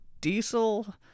diesel